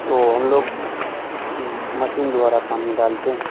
तो हम लोग मशीन द्वारा पानी डालते हैं